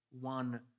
one